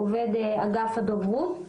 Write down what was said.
עובד אגף הדוברות,